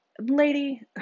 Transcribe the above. Lady